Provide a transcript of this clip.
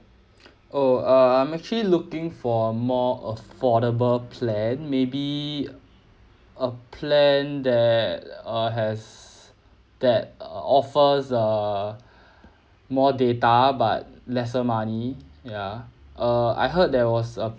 oh uh I'm actually looking for a more affordable plan maybe a plan that uh has that uh offers err more data but lesser money ya err I heard there was a